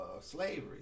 slavery